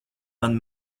mani